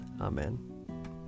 Amen